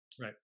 Right